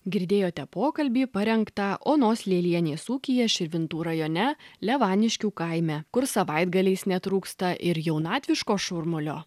girdėjote pokalbį parengtą onos lialienės ūkyje širvintų rajone levaniškių kaime kur savaitgaliais netrūksta ir jaunatviško šurmulio